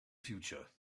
future